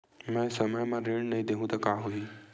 मैं समय म ऋण नहीं देहु त का होही